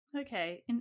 Okay